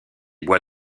bois